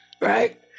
Right